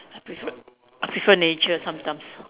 I prefer I prefer nature sometimes